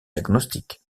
diagnostique